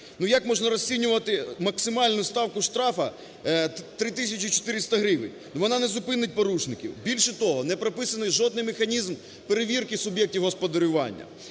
як можна розцінювати максимальну ставку штрафу 3 тисячі 400 гривень?! Вона не зупинить порушників. Більше того, не прописаний жодний механізм перевірки суб'єктів господарювання.